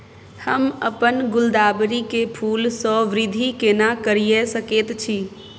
हम अपन गुलदाबरी के फूल सो वृद्धि केना करिये सकेत छी?